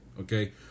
okay